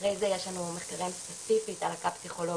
אחרי זה יש לנו מחקרים ספציפית על עקה פסיכולוגית,